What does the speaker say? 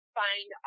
find